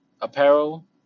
apparel